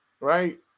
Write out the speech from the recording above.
right